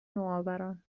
نوآوران